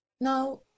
now